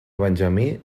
benjamí